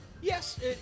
yes